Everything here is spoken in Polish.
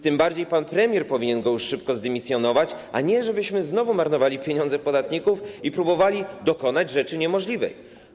Tym bardziej pan premier powinien go szybko zdymisjonować, a nie pozwalać, żebyśmy znowu marnowali pieniądze podatników i próbowali dokonać rzeczy niemożliwej.